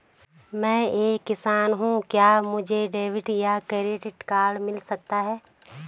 मैं एक किसान हूँ क्या मुझे डेबिट या क्रेडिट कार्ड मिल सकता है?